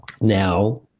now